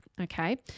Okay